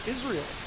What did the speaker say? Israel